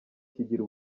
kigira